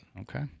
Okay